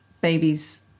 babies